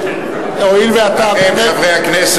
ברשותך,